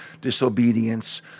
disobedience